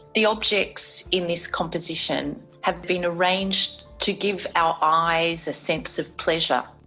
the objects in this composition have been arranged to give our eyes a sense of pleasure,